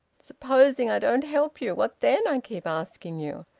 supposing i don't help you? what then, i keep asking you?